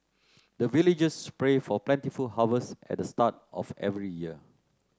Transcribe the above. the villagers pray for plentiful harvest at the start of every year